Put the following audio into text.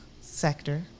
sector